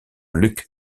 luke